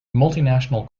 multinational